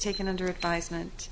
taking under advisement